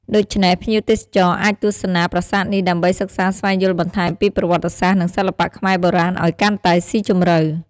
ដូច្នេះភ្ញៀវទេសចរអាចទស្សនាប្រាសាទនេះ ដើម្បីសិក្សាស្វែងយល់បន្ថែមពីប្រវត្តិសាស្ត្រ និងសិល្បៈខ្មែរបុរាណឲ្យកាន់តែសុីជម្រៅ។